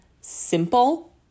simple